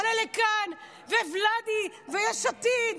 עולה לכאן, וולדי ויש עתיד,